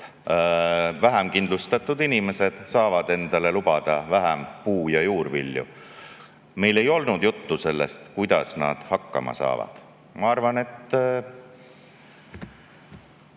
vähem kindlustatud inimesed saavad endale lubada vähem puu‑ ja juurvilju, meil ei olnud juttu sellest, kuidas nad hakkama saavad. Ma arvan, et